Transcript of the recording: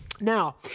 Now